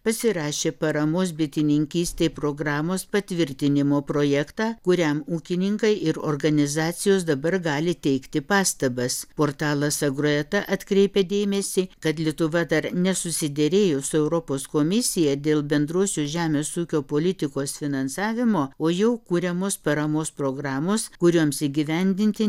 pasirašė paramos bitininkystei programos patvirtinimo projektą kuriam ūkininkai ir organizacijos dabar gali teikti pastabas portalas agroeta atkreipia dėmesį kad lietuva dar nesusiderėjo su europos komisija dėl bendrosios žemės ūkio politikos finansavimo o jau kuriamos paramos programos kurioms įgyvendinti